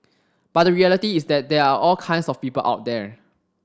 but the reality is that there are all kinds of people out there